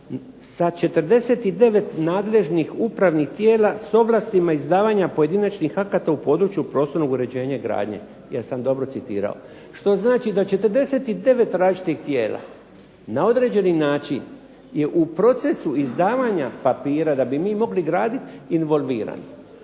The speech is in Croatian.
sa 49 nadležnih upravnih tijela s ovlastima izdavanja pojedinačnih akata u području prostornog uređenja i gradnje, jesam dobro citirao. Što znači da 49 različitih tijela na određeni način je u procesu izdavanja papira da bi mi mogli gradit involvirani.